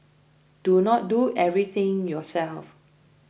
do not do everything yourself